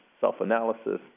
self-analysis